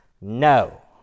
No